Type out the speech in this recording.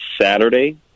Saturday